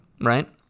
right